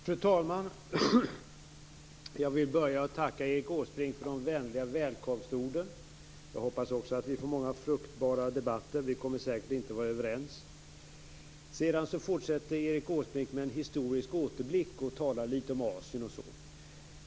Fru talman! Jag vill börja med att tacka Erik Åsbrink för de vänliga välkomstorden. Jag hoppas också att vi får många fruktbara debatter. Vi kommer säkert inte att vara överens. Sedan fortsätter Erik Åsbrink med en historisk återblick. Han talar litet om Asien och så.